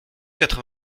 quatre